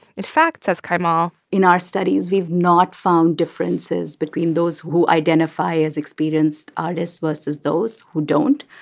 in fact, says kaimal. in our studies, we've not found differences between those who identify as experienced artists versus those who don't.